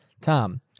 Tom